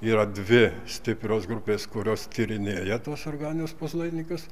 yra dvi stiprios grupės kurios tyrinėja tuos organinius puslaidininkius